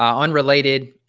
um unrelated,